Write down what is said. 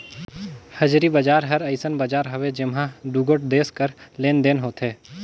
हाजरी बजार हर अइसन बजार हवे जेम्हां दुगोट देस कर लेन देन होथे